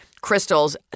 crystals